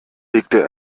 legte